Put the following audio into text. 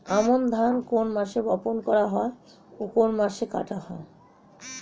আমন ধান কোন মাসে বপন করা হয় ও কোন মাসে কাটা হয়?